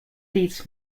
these